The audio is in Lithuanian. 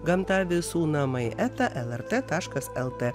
gamta visų namai eta lrt taškas lt